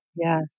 Yes